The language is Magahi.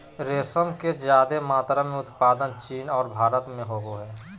रेशम के ज्यादे मात्रा में उत्पादन चीन और भारत में होबय हइ